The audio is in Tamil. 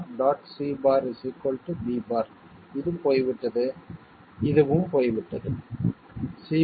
c' b' இது போய்விட்டது இதுவும் போய்விட்டது c'